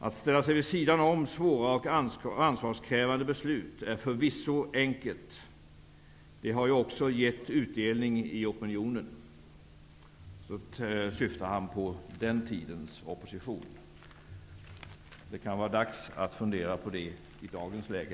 - Att ställa sig vid sidan om svåra och ansvarskrävande beslut är förvisso enkelt. Det har ju också gett utdelning i opinionen.'' Där syftar Ingvar Carlsson på den tidens opposition. Det kan vara dags att fundera på det i dagens läge.